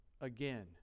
again